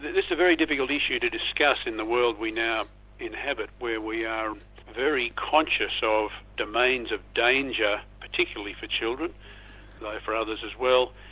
this is a very difficult issue to discuss in the world we now inhbit where we are very conscious of domains of danger, particularly for children, though for others as well,